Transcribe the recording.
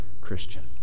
Christian